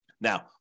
Now